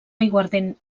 aiguardent